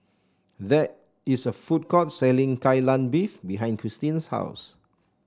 there is a food court selling Kai Lan Beef behind Cristine's house